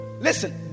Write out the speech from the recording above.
Listen